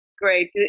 Great